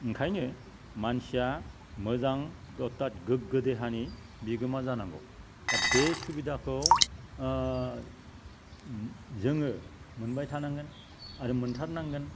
ओंखायनो मानसिया मोजां अथाद गोग्गो देहानि बिगोमा जानांगौ दा बे सुबिधाखौ जोङो मोनबाय थानांगोन आरो मोन्थारनांगोन